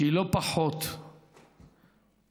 שהיא לא פחות בעייתית,